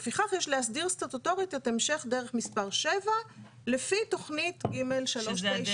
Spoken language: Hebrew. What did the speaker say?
לפיכך יש להסדיר סטטוטורית את המשך דרך מס' 7 לפי תכנית ג 9390,